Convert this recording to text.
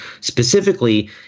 specifically